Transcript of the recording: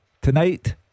tonight